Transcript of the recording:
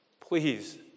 Please